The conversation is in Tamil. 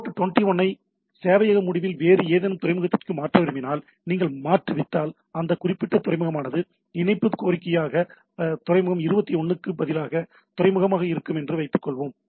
போர்ட் 21 ஐ சேவையக முடிவில் வேறு ஏதேனும் துறைமுகத்திற்கு மாற்ற விரும்பினால் நீங்கள் மாற்றிவிட்டால் அந்த குறிப்பிட்ட துறைமுகமானது இணைப்பு கோரிக்கையாக அது துறைமுகம் 21 க்கு பதிலாக துறைமுகமாக இருக்கும் என்று வைத்துக்கொள்வோம்